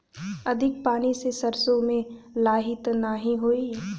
अधिक पानी से सरसो मे लाही त नाही होई?